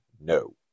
no